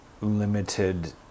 limited